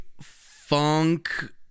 funk